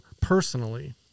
personally